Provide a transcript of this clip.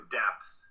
depth